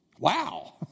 Wow